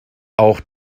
auch